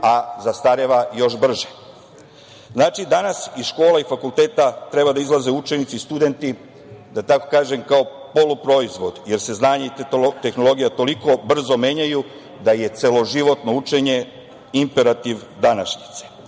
a zastareva još brže. Danas iz škole i fakulteta treba da izlaze učenici i studenti, da tako kažem, kao polu proizvod jer se znanje i tehnologija toliko brzo menjaju da je celoživotno učenje imperativ današnjice. Današnji